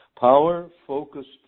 Power-focused